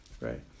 right